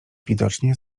widocznie